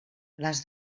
les